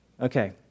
Okay